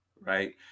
right